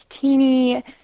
teeny